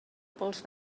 pols